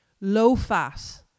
low-fat